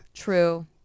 True